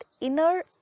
inner